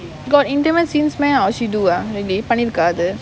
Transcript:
got intimate scenes meh oh she do ah really பண்ணிருக்க அது:pannirukka athu